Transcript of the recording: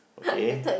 okay